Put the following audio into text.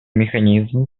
механизм